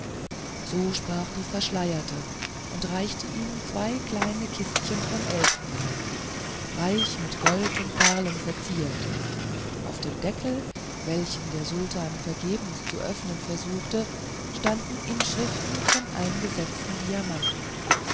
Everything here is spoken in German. so sprach die verschleierte und reichte ihm zwei kleine kistchen von elfenbein reich mit gold und perlen verziert auf dem deckel welchen der sultan vergebens zu öffnen versuchte standen inschriften von eingesetzten diamanten